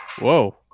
whoa